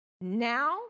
now